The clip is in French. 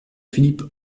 philip